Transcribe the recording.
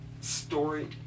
Story